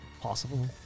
possible